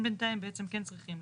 הם בנתיים בעצם כן צריכים.